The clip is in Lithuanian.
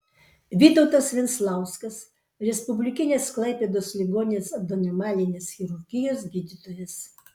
vytautas venclauskas respublikinės klaipėdos ligoninės abdominalinės chirurgijos gydytojas